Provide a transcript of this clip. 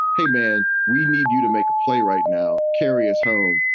hey, man, we need you to make a play right now. carry us home.